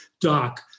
doc